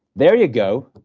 there you go,